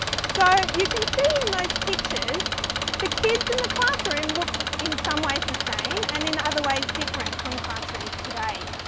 so, you can see in those pictures the kids and the classroom look in some ways the same and in other ways different from classrooms today.